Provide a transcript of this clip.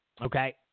Okay